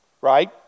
right